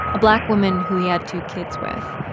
a black woman who he had two kids with.